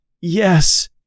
Yes